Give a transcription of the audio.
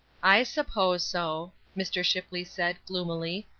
i suppose so, mr. shipley said, gloomily,